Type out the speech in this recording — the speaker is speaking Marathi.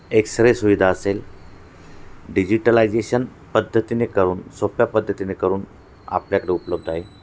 एक्सरे सुविधा असेल डिजिटलायजेशन पद्धतीने करून सोप्या पद्धतीने करून आपल्याकडे उपलब्ध आहे